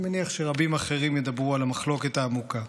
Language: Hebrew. אני מניח שרבים אחרים ידברו על המחלוקת העמוקה.